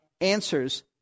answers